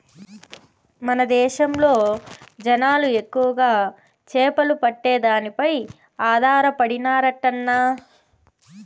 మన దేశంలో జనాలు ఎక్కువగా చేపలు పట్టే దానిపై ఆధారపడినారంటన్నా